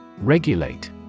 Regulate